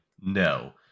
No